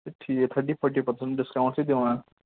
ٹھیٖکٹ تٔھٹی forty percent discount چھِ دِوان